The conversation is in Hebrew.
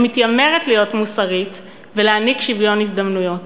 שמתיימרת להיות מוסרית ולהעניק שוויון הזדמנויות.